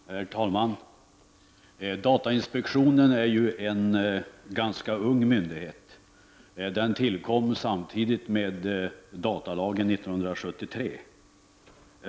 Herr talman! Datainspektionen är en ganska ung myndighet. Den tillkom samtidigt som datalagen 1973.